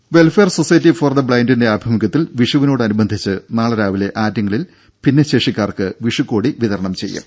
ദേദ welfare society for the ബ്ലൈൻഡിന്റെ ആഭിമുഖ്യത്തിൽ വിഷുവിനോട് അനുബന്ധിച്ച് നാളെ രാവിലെ ആറ്റിങ്ങലിൽ ഭിന്നശേഷിക്കാർക്ക് വിഷുകോടി വിതരണം ചെയ്യും